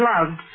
loved